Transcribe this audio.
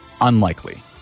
unlikely